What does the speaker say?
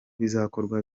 bizakorwa